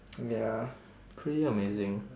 ya pretty amazing